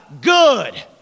good